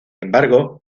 embargo